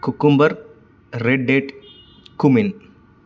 cucumber red date cumin